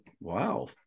wow